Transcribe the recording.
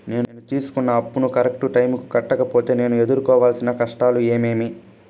నేను తీసుకున్న అప్పును కరెక్టు టైముకి కట్టకపోతే నేను ఎదురుకోవాల్సిన కష్టాలు ఏమీమి?